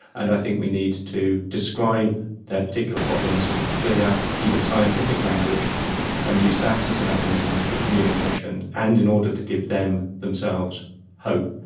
and i think we need to describe their particular problems in clear, even scientific language and use that as a mechanism for communication and in order to give them themselves hope.